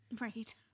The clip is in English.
Right